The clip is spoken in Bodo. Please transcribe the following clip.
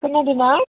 खोनादोंना